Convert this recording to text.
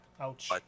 Ouch